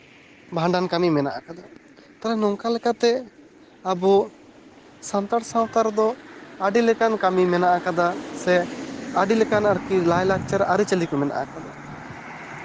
ᱵᱷᱟᱸᱰᱟᱱ ᱠᱟᱹᱢᱤ ᱢᱮᱱᱟᱜᱼᱟᱠᱟᱫᱟ ᱛᱟᱦᱞᱮ ᱱᱚᱝᱠᱟ ᱞᱮᱠᱟᱛᱮ ᱟᱵᱚ ᱥᱟᱱᱛᱟᱲ ᱥᱟᱶᱛᱟ ᱨᱮᱫᱚ ᱟᱹᱰᱤ ᱞᱮᱠᱟᱱ ᱠᱟᱹᱢᱤ ᱢᱮᱱᱟᱜ ᱟᱠᱟᱫᱟ ᱥᱮ ᱟᱹᱰᱤ ᱞᱮᱠᱟᱱ ᱟᱨᱠᱤ ᱟᱭᱼᱞᱟᱠᱪᱟᱨ ᱟᱹᱨᱤᱪᱟᱹᱞᱤ ᱠᱚ ᱢᱮᱱᱟᱜ ᱠᱟᱫᱟ